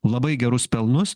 labai gerus pelnus